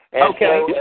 Okay